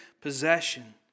possession